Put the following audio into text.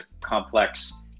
complex